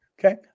Okay